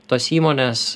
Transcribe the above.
tos įmonės